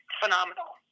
phenomenal